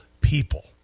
people